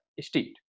state